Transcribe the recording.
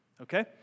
Okay